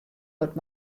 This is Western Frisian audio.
wurdt